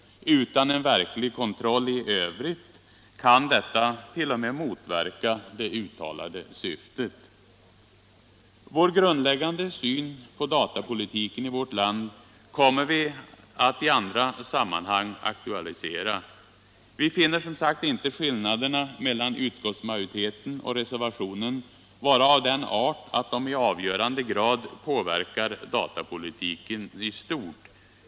Utan en verklig kontroll kan detta t.o.m. motverka det uttalade syftet. Vår grundläggande syn på datapolitiken i vårt land kommer vi att aktualisera i andra sammanhang. Vi finner som sagt inte skillnaderna mellan utskottsmajoritetens och reservationens förslag vara av den art att de i avgörande grad påverkar datapolitiken i stort.